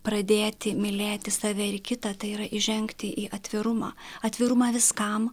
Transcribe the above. pradėti mylėti save ir kitą tai yra įžengti į atvirumą atvirumą viskam